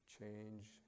Change